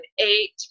eight